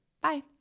Bye